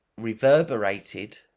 reverberated